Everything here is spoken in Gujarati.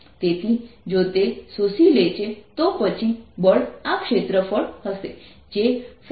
તેથી જો તે શોષી લે છે તો પછી બળ આ ક્ષેત્રફળ હશે જે Force0